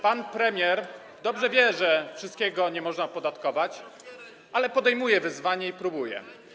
Pan premier dobrze wie, że wszystkiego nie można opodatkować, ale podejmuje wyzwanie i próbuje.